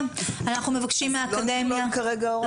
אז לא לכלול כרגע הוראת מעבר?